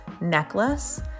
necklace